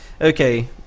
Okay